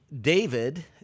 David